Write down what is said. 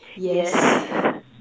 yes